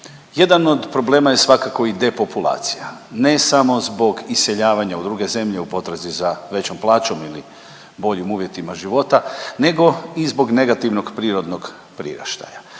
Jedan od problema je svakako i depopulacija ne samo zbog iseljavanja u druge zemlje u potrazi za većom plaćom ili boljim uvjetima života nego i zbog negativnog prirodnog priraštaja.